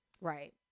Right